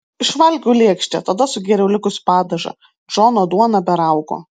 išvalgiau lėkštę tada sugėriau likusį padažą džono duona be raugo